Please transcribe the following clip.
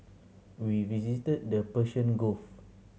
we visited the Persian Gulf